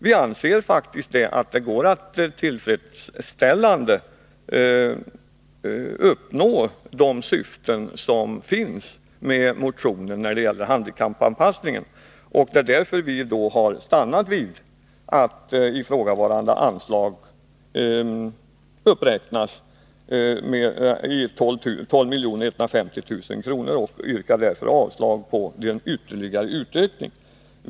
Vi anser faktiskt att det går att tillfredsställande uppnå motionens syfte när det gäller handikappanpassningen. Det är därför som vi har stannat vid att ifrågavarande anslag uppräknas till 12150 000 kr. Vi yrkar alltså avslag på förslaget om ytterligare ökning.